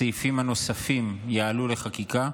הסעיפים הנוספים יעלו לחקיקה,